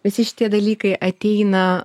visi šitie dalykai ateina